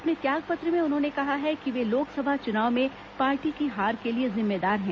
अपने त्याग पत्र में उन्होंने कहा है कि वे लोकसभा चुनाव में पार्टी की हार के लिए जिम्मेदार है